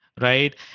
right